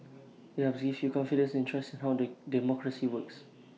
IT helps gives you confidence and trust how the democracy works